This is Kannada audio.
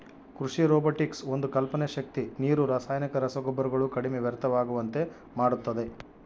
ಕೃಷಿ ರೊಬೊಟಿಕ್ಸ್ ಒಂದು ಕಲ್ಪನೆ ಶಕ್ತಿ ನೀರು ರಾಸಾಯನಿಕ ರಸಗೊಬ್ಬರಗಳು ಕಡಿಮೆ ವ್ಯರ್ಥವಾಗುವಂತೆ ಮಾಡುತ್ತದೆ